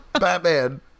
Batman